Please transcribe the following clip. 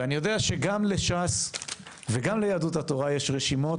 ואני יודע שגם לש"ס וגם ליהדות התורה יש רשימות